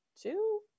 two